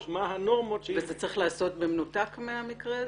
מה הנורמות --- וזה צריך להיעשות במנותק מהמקרה הזה?